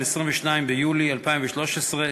22 ביולי 2013,